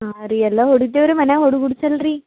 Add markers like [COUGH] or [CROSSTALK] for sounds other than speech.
ಹಾಂ ರೀ ಎಲ್ಲ ಹೊಡಿತೀವೆ ರೀ ಮನ್ಯಾಗೆ ಹೊಡು [UNINTELLIGIBLE] ಅಲ್ಲರಿ